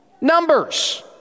Numbers